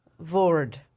Vord